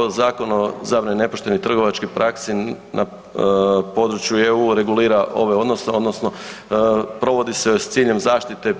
Dakle, upravo Zakon o zabrani nepoštene trgovačke prakse na području EU regulira ove odnose, odnosno provodi se s ciljem zaštite